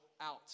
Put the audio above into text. out